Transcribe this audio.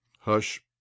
Hush